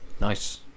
Nice